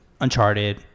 Uncharted